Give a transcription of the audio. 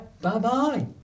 Bye-bye